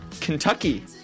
kentucky